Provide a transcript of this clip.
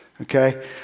Okay